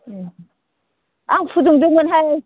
ओम आं फुदुंदोंमोनहाय